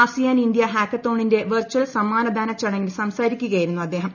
ASEAN India ഹാക്കത്തോണിന്റെ virtual സമ്മാനദാന ചടങ്ങിൽ സംസാരിക്കുകയായിരുന്നു അദ്ദേഹം